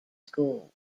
school